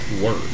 Word